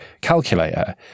calculator